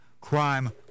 Crime